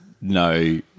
No